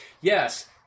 yes